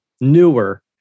newer